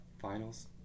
finals